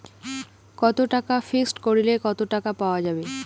কত টাকা ফিক্সড করিলে কত টাকা পাওয়া যাবে?